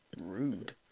rude